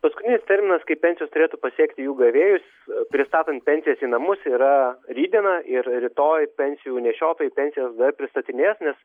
paskui terminas kai pensijos turėtų pasiekti jų gavėjus pristatant pensijas į namus yra rytdiena ir rytoj pensijų nešiotojai pensijas dar pristatinės nes